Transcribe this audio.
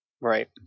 Right